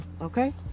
Okay